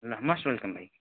must welcome भाइ